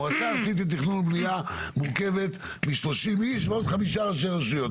המועצה הארצית לתכנון ובנייה מורכבת מ-30 איש ועוד חמישה ראשי רשויות,